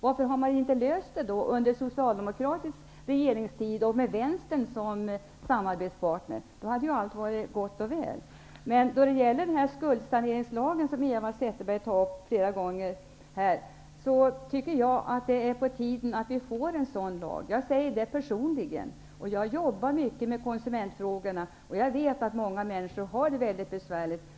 Varför har denna fråga inte lösts under den socialdemokratiska regeringens tid och med Vänstern som samarbetspartner? Då hade ju allt varit gott och väl. Jag tycker att det är på tiden att vi får en sådan skuldsaneringslag som Eva Zetterberg flera gånger har tagit upp här. Jag säger det personligen. Jag jobbar mycket med konsumentfrågorna, och jag vet att många människor har det mycket besvärligt.